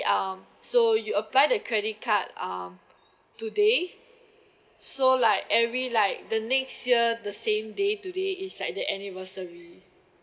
um so you apply the credit card um today so like every like the next year the same day today is like the anniversary